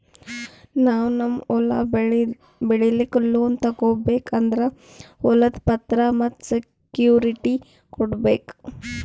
ನಾವ್ ನಮ್ ಹೊಲ ಬೆಳಿಲಿಕ್ಕ್ ಲೋನ್ ತಗೋಬೇಕ್ ಅಂದ್ರ ಹೊಲದ್ ಪತ್ರ ಮತ್ತ್ ಸೆಕ್ಯೂರಿಟಿ ಕೊಡ್ಬೇಕ್